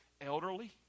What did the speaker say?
elderly